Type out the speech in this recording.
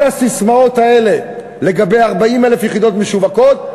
כל הססמאות האלה לגבי 40,000 יחידות משווקות,